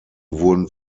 wurden